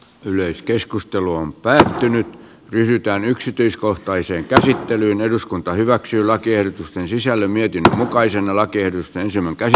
yleiskeskustelu on päättynyt pyritään yksityiskohtaiseen käsittelyyn eduskunta hyväksyy lakiehdotusten sisällön mietintä mukaisena laki ihan hyväksyttävissä